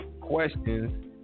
questions